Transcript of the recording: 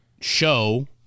show